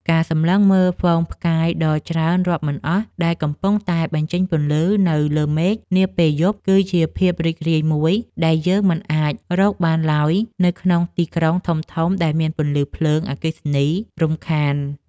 ការសម្លឹងមើលហ្វូងផ្កាយដ៏ច្រើនរាប់មិនអស់ដែលកំពុងតែបញ្ចេញពន្លឺនៅលើមេឃនាពេលយប់គឺជាភាពរីករាយមួយដែលយើងមិនអាចរកបានឡើយនៅក្នុងទីក្រុងធំៗដែលមានពន្លឺភ្លើងអគ្គិសនីរំខាន។